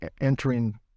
entering